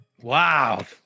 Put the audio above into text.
Wow